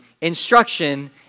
instruction